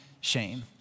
shame